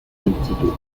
instituto